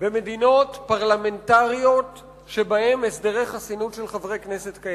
במדינות פרלמנטריות שבהן קיימים הסדרי חסינות של חברי כנסת.